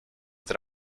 that